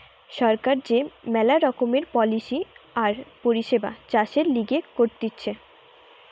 সরকার যে মেলা রকমের পলিসি আর পরিষেবা চাষের লিগে করতিছে